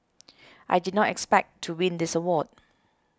I did not expect to win this award